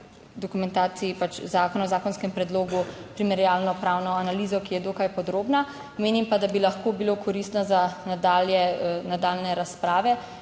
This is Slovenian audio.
o zakonskem predlogu primerjalno pravno analizo, ki je dokaj podrobna, menim pa, da bi lahko bilo koristno za nadaljnje razprave,